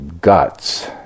guts